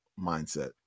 mindset